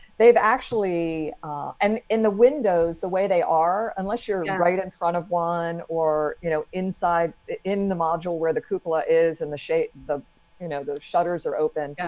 they've actually and in the windows the way they are unless you're and and right in front of one or, you know, inside in the module where the cupola is in the shape, the you know, the shutters are open.